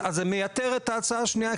זה מיתר את ההצעה השנייה,